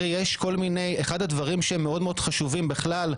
אחד הדברים שמאוד חשובים בכלל,